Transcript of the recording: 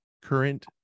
current